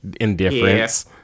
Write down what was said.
indifference